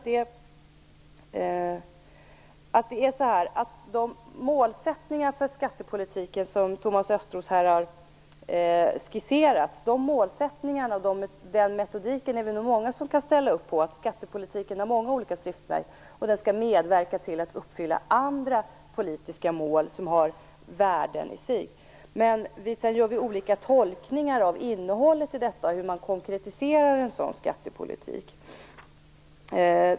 De mål för skattepolitiken som Thomas Östros här har skisserat är det många som kan ställa upp på. Skattepolitiken har många olika syften, och den skall medverka till att uppfylla andra politiska mål som har värden i sig. Men vi gör olika tolkningar av innehållet, hur man konkretiserar en sådan skattepolitik.